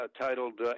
titled